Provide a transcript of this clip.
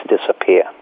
disappear